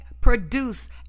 produce